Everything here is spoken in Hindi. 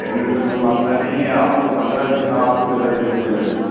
ट्रेनिंग का कोई मसला नहीं है आपको पंद्रह दिन में आपको रिज़ल्ट दिखने लगेंगे